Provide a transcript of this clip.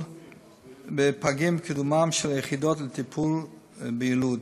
בפגים ובקידומן של היחידות לטיפול ביילוד,